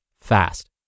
fast